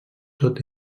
tot